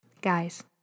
Guys